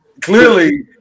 clearly